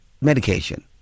medication